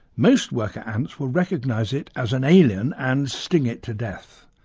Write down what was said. most worker ants will recognise it as an alien and sting it to death.